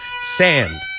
Sand